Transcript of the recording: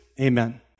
Amen